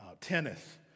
tennis